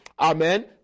Amen